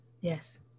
Yes